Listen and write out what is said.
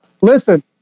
Listen